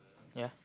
ya